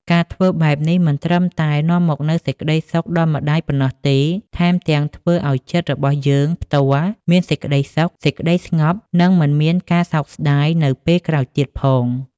ការធ្វើបែបនេះមិនត្រឹមតែនាំមកនូវសេចក្ដីសុខដល់ម្ដាយប៉ុណ្ណោះទេ ថែមទាំងធ្វើឲ្យចិត្តរបស់យើងផ្ទាល់មានសេចក្ដីសុខ សេចក្ដីស្ងប់ និងមិនមានការសោកស្ដាយនៅពេលក្រោយទៀតផង។